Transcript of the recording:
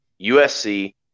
USC